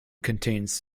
contains